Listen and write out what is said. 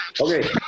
Okay